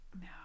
no